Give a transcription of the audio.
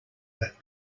but